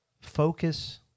focus